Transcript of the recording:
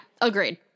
agreed